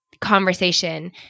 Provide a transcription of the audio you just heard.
conversation